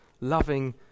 loving